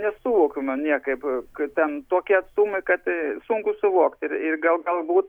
nesuvokiu nu niekaip ten tokie atstumai kad sunku suvokt ir ir gal galbūt